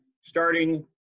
starting